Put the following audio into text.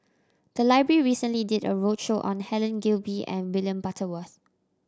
the library recently did a roadshow on Helen Gilbey and William Butterworth